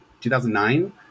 2009